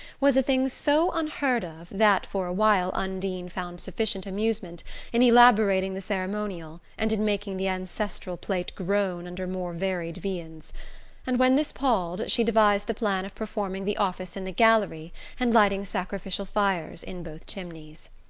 was a thing so unheard of that for a while undine found sufficient amusement in elaborating the ceremonial, and in making the ancestral plate groan under more varied viands and when this palled she devised the plan of performing the office in the gallery and lighting sacrificial fires in both chimneys.